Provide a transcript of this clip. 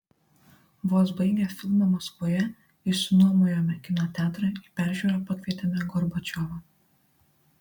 vos baigę filmą maskvoje išsinuomojome kino teatrą į peržiūrą pakvietėme gorbačiovą